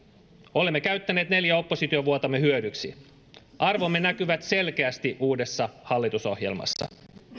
olemme käyttäneet neljä oppositiovuottamme hyödyksi arvomme näkyvät selkeästi uudessa hallitusohjelmassa